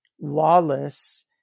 lawless